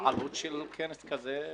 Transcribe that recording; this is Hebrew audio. מה העלות של כנס כזה?